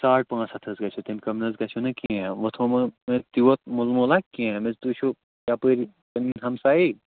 ساڑ پانٛژھ ہَتھ حظ گژھیو تَمہِ کَم نہٕ حظ گژھیو نہٕ کیٚنہہ وٕ مےٚ تیوٗت کینٛہہ مےٚ دوٚپ تُہۍ چھُو یَپٲرۍ ہمسایی